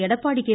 Edappadi K